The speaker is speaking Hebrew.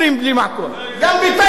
גם בטייבה גרים בלי מעקות.